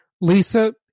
Lisa